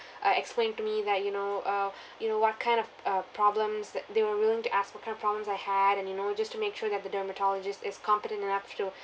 uh explain to me that you know uh you know what kind of uh problems that they were willing to ask what kind of problems I had and you know just to make sure that the dermatologist is competent enough to